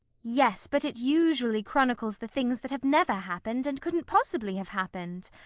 yes, but it usually chronicles the things that have never happened, and couldn't possibly have happened.